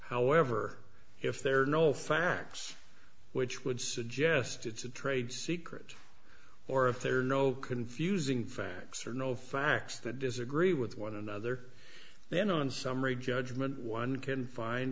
however if there are no facts which would suggest it's a trade secret or if there are no confusing facts or no facts that disagree with one another then on summary judgement one can find